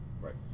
Right